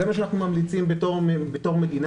זה מה שאנחנו ממליצים בתור מדינה.